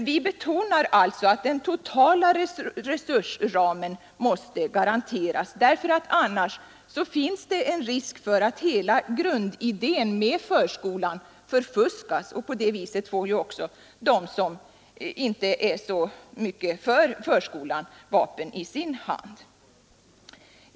Vi betonar alltså att den totala resursramen måste garanteras, eftersom det annars är risk för att hela grundidén med förskolan förfuskas, varigenom också de som inte är särskilt mycket för förskolan skulle få ett vapen i sin hand.